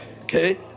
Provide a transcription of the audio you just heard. Okay